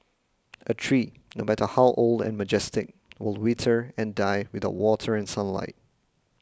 a tree no matter how old and majestic will wither and die without water and sunlight